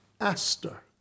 Aster